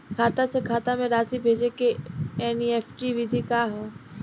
खाता से खाता में राशि भेजे के एन.ई.एफ.टी विधि का ह?